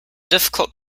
difficult